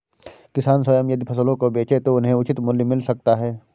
किसान स्वयं यदि फसलों को बेचे तो उन्हें उचित मूल्य मिल सकता है